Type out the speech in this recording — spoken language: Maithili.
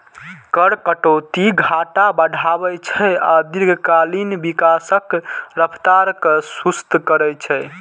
कर कटौती घाटा बढ़ाबै छै आ दीर्घकालीन विकासक रफ्तार कें सुस्त करै छै